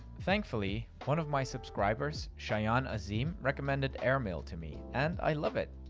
thankfully, one of my subscribers, shayaan azeem, recommended airmail to me, and i love it,